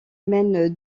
mène